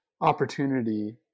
opportunity